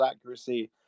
accuracy